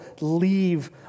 leave